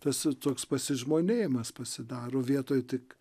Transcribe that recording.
tas toks pasižmonėjimas pasidaro vietoj tik